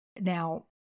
Now